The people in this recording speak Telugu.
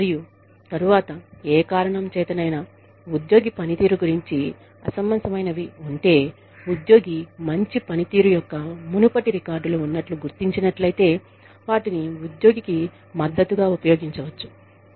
మరియు తరువాత ఏ కారణం చేతనైనా ఉద్యోగి పనితీరు గురించి అసమంజసమైనవి ఉంటే ఉద్యోగి మంచి పనితీరు యొక్క మునుపటి రికార్డులు ఉన్నట్లు గుర్తించినట్లయితే వాటిని ఉద్యోగికి మద్దతుగా ఉపయోగించవచ్చు